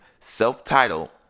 self-titled